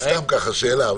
סתם ככה שאלה.